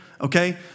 okay